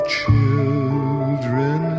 children